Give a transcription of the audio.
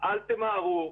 אל תמהרו,